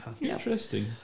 Interesting